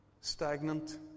Stagnant